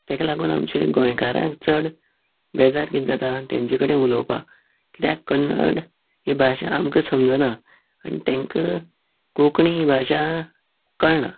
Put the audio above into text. तेका लागून आमच्या गोंयकारांक चड बेजार कितें जाता तेंचे कडेन उलोवपाक कित्याक कन्नड ही भाशा आमकां समजना आनी तेंकां कोंकणी भाशा कळना